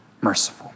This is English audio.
merciful